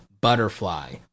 butterfly